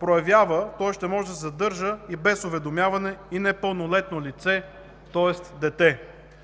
проявява, тоест ще може да се задържа и без уведомяване и на непълнолетно лице – тоест дете.